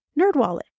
Nerdwallet